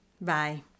Bye